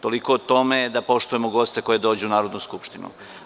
Toliko o tome da poštujemo goste koji dođu u Narodnu skupštinu.